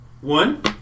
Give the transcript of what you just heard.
one